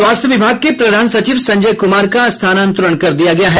स्वास्थ्य विभाग के प्रधान सचिव संजय कुमार का स्थानांतरण कर दिया गया है